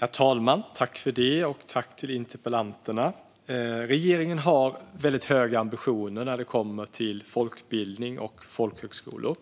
Herr talman! Tack till interpellanten och meddebattören! Regeringen har väldigt höga ambitioner när det kommer till folkbildning och folkhögskolor.